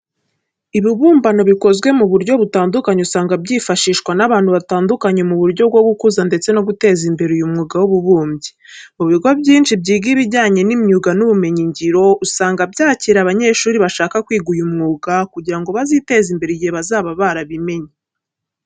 Ibibumbano bikozwe mu buryo butandukanye usanga byifashishwa n'abantu batandukanye mu buryo bwo gukuza ndetse no guteza imbere uyu mwuga w'ububumbyi. Mu bigo byinshi byiga ibijyanye n'imyuga n'ubumenyingiro usanga byakira abanyeshuri bashaka kwiga uyu mwuga kugira ngo baziteze imbere igihe bazaba barabimenye.